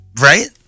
Right